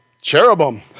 cherubim